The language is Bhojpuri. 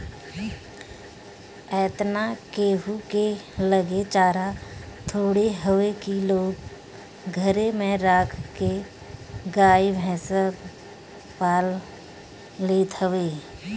एतना केहू के लगे चारा थोड़े हवे की लोग घरे में राख के गाई भईस पाल लेत हवे